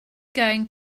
going